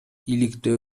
иликтөө